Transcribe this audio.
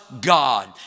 God